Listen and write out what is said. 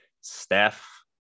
Steph